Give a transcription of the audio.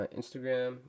instagram